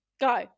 Go